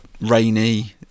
rainy